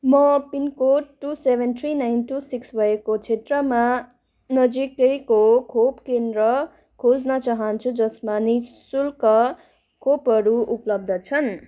म pincode two seven three nine two six भएको क्षेत्रमा नजिकैको खोप केन्द्र खोज्न चाहन्छु जसमा नि शुल्क खोपहरू उपलब्ध छन्